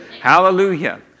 Hallelujah